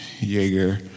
Jaeger